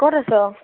ক'ত আছ'